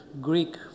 Greek